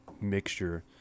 mixture